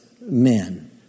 men